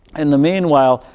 in the meanwhile,